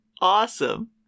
Awesome